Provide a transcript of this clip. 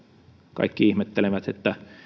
kaikki ihmettelevät että